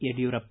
Yediyurappa